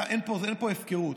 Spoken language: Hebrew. אין פה הפקרות,